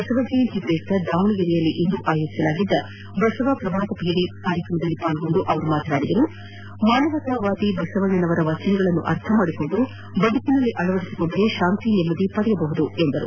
ಬಸವ ಜಯಂತಿ ಪ್ರಯುಕ್ತ ದಾವಣಗೆರೆಯಲ್ಲಿಂದು ಆಯೋಜಿಸಲಾಗಿದ್ದ ಬಸವ ಶ್ರಭಾತ್ ಪೇರಿ ಕಾರ್ಯಕ್ರಮದಲ್ಲಿ ಪಾಲ್ಗೊಂಡು ಮಾತನಾಡಿದ ಅವರು ಮಾನವತಾವಾದಿ ಬಸವಣ್ಣ ಅವರ ವಚನಗಳನ್ನು ಅರ್ಥೈಸಿಕೊಂಡು ಬದುಕಿನಲ್ಲಿ ಅಳವಡಿಸಿಕೊಂಡರೆ ಶಾಂತಿ ನೆಮ್ಮದಿ ಪಡೆಯಬಹುದು ಎಂದರು